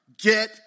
get